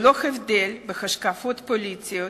ללא הבדל בהשקפות הפוליטיות